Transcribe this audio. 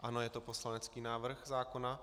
Ano, je to poslanecký návrh zákona.